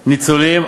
ניצולים,